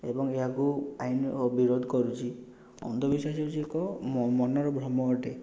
ଏବଂ ଏହାକୁ ଆଇନ ଓ ବିରୋଧ କରୁଛି ଅନ୍ଧବିଶ୍ୱାସ ହେଉଛି ଏକ ମନର ଭ୍ରମ ଅଟେ